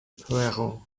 poirot